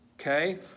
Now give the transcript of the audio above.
okay